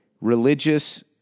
Religious